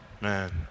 Man